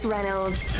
Reynolds